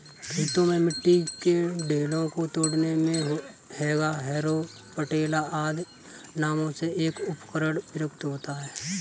खेतों में मिट्टी के ढेलों को तोड़ने मे हेंगा, हैरो, पटेला आदि नामों से एक उपकरण प्रयुक्त होता है